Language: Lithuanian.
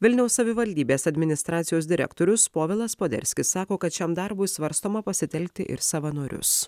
vilniaus savivaldybės administracijos direktorius povilas poderskis sako kad šiam darbui svarstoma pasitelkti ir savanorius